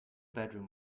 bedroom